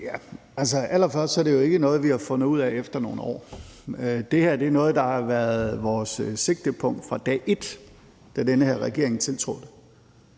Altså, allerførst er det jo ikke noget, vi har fundet ud af efter nogle år. Det her er noget, der har været vores sigtepunkt fra dag et, da den her regering tiltrådte,